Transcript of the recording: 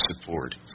support